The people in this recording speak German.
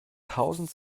tausend